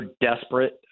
desperate